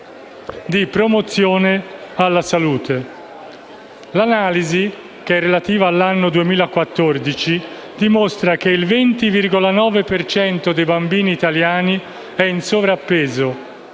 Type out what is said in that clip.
di promozione della salute. L'analisi, relativa all'anno 2014, dimostra che il 20,9 per cento dei bambini italiani è in sovrappeso,